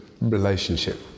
relationship